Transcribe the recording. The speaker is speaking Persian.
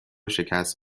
شکست